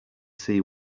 see